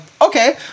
okay